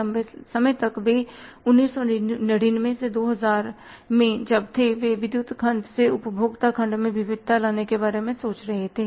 लंबे समय तक वे 1999 या 2000 में जब थे वे विद्युत खंड से उपभोक्ता खंड में विविधता लाने के बारे में सोच रहे थे